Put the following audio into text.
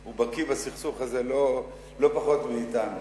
הוא בקי בסכסוך הזה לא פחות מאתנו.